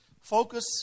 focus